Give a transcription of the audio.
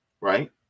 right